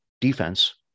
defense